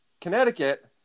Connecticut